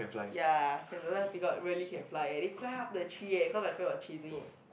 ya Sentosa peacock really can fly they fly up the tree cause my friend were chasing it